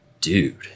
dude